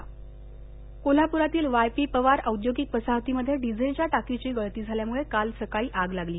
कोल्हापर आग कोल्हाप्रातील Y P Pawar औद्योगिक वसाहतीमध्ये डिझेलच्या टाकीची गळती झाल्यामुळे काल सकाळी आग लागली